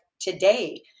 today